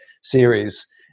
series